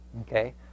okay